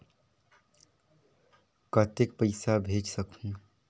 कतेक पइसा भेज सकहुं?